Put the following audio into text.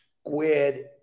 squid